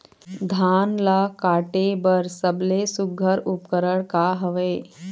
धान ला काटे बर सबले सुघ्घर उपकरण का हवए?